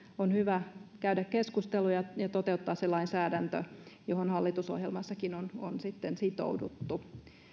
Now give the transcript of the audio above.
on hyvä käydä keskusteluja ja toteuttaa se lainsäädäntö johon hallitusohjelmassakin on sitouduttu